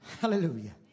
Hallelujah